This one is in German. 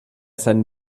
seinen